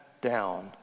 down